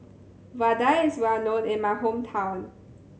Vadai is well known in my hometown